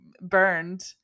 burned